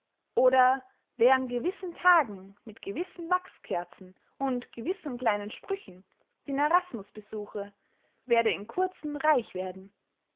oder wer an gewissen tagen mit gewissen wachskerzen und gewissen kleinen sprüchen den erasmus besuche werde in kurzen reich werden